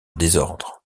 désordre